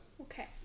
Okay